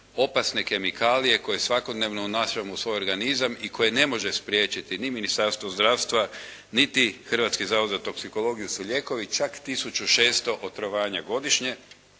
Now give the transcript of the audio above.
opasne kemikalije koje svakodnevno unašamo u svoj organizam i koji ne može spriječiti ni Ministarstvo zdravstva, niti Hrvatski zavod za toksikologiju su lijekovi, čak 1600 otrovanja godišnje.